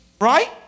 right